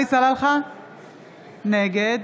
נגד